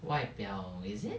外表 is it